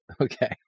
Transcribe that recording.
Okay